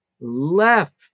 left